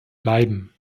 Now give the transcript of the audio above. bleiben